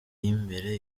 y’imbere